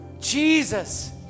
Jesus